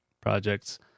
projects